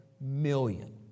million